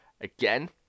Again